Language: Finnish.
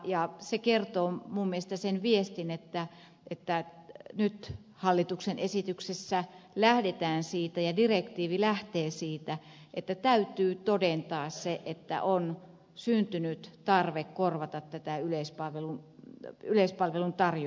se kertoo minun mielestäni sen viestin että nyt hallituksen esityksessä lähdetään siitä ja direktiivi lähtee siitä että täytyy todentaa se että on syntynyt tarve korvata tätä yleispalvelun tarjoamista